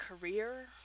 career